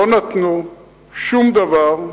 לא נתנו שום דבר,